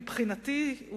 מבחינתי,